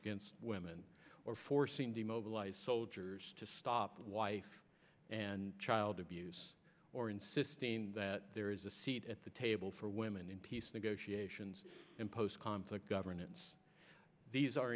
against women or forcing to mobilize soldiers to stop wife and child abuse or insisting that there is a seat at the table for women in peace negotiations in post conflict governance these are